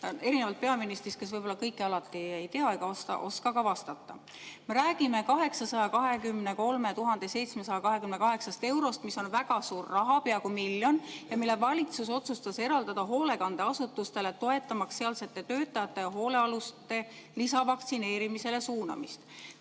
erinevalt peaministrist, kes võib-olla kõike alati ei tea ega oska ka vastata. Me räägime 823 728 eurost, mis on väga suur raha – peaaegu miljon – ja mille valitsus otsustas eraldada hoolekandeasutustele, toetamaks sealsete töötajate ja hoolealuste lisavaktsineerimisele suunamist.